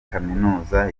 kaminuza